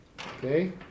Okay